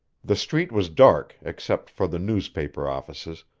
the street was dark except for the newspaper offices,